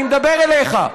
אני מדבר אליך.